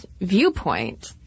viewpoint